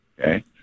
Okay